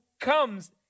comes